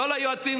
לא ליועצים,